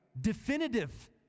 Definitive